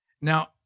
Now